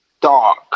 dark